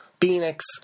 Phoenix